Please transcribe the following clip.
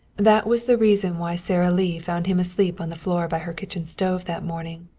that was the reason why sara lee found him asleep on the floor by her kitchen stove that morning,